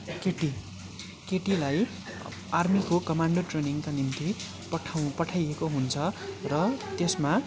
केटी केटीलाई आर्मीको कमान्डो ट्रेनिङका निम्ति पठाउँ पठाइएको हुन्छ र त्यसमा